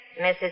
Mrs